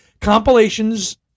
compilations